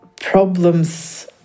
problems